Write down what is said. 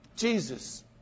Jesus